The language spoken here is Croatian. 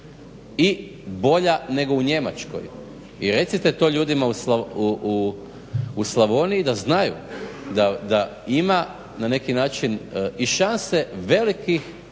i bolja nego u Njemačkoj. I recite to ljudima u Slavoniji da znaju da ima na neki način šanse velikih